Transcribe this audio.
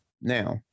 Now